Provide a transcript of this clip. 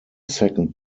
second